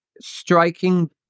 striking